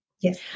Yes